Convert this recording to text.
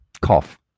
cough